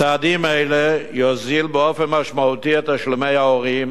צעדים אלה יוזילו באופן משמעותי את תשלומי ההורים